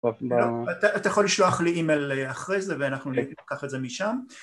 אתה יכול לשלוח לי אימייל אחרי זה ואנחנו ניקח את זה משם